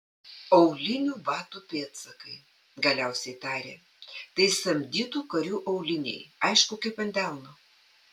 aulinių batų pėdsakai galiausiai tarė tai samdytų karių auliniai aišku kaip ant delno